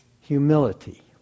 Humility